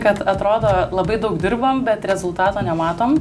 kad atrodo labai daug dirbam bet rezultato nematom